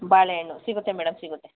ಬಾಳೆಹಣ್ಣು ಸಿಗುತ್ತೆ ಮೇಡಮ್ ಸಿಗುತ್ತೆ